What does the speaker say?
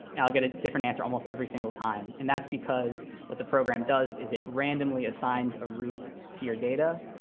i'll get a different answer almost every single time. and that's because what the program does is it randomly assigns a root to your data.